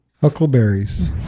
Huckleberries